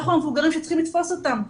אנחנו המבוגרים שצריכים לתפוס אותם.